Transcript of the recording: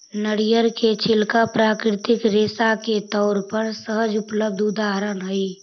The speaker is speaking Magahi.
नरियर के छिलका प्राकृतिक रेशा के तौर पर सहज उपलब्ध उदाहरण हई